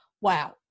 Wow